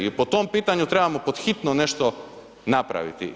I po tom pitanju trebamo pod hitno nešto napraviti.